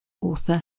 author